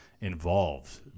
involved